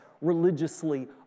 religiously